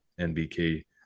NBK